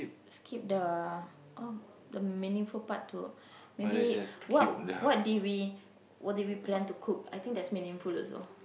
skip the oh the meaningful part to maybe what what did we what did we plan to cook I think that's meaningful also